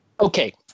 Okay